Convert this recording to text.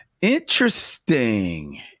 Interesting